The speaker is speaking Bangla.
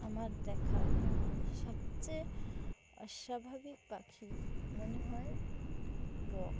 আমার দেখা সবচেয়ে অস্বাভাবিক পাখি মনে হয় বক